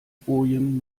bojen